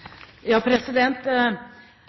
Ja,